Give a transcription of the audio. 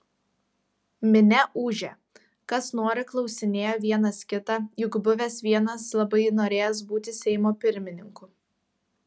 minia ūžė kas nori klausinėjo vienas kitą juk buvęs vienas labai norėjęs būti seimo pirmininku